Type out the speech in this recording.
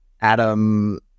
Adam